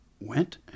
went